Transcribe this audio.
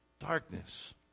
darkness